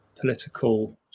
political